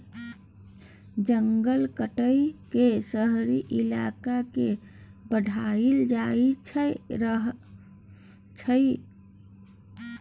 जंगल काइट के शहरी इलाका के बढ़ाएल जा रहल छइ